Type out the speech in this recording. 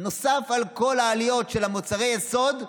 נוסף על כל העליות של מוצרי יסוד,